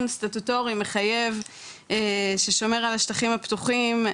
סטטוטורי מחייב ששומר על השטחים הפתוחים,